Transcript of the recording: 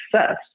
success